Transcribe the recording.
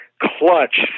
Clutch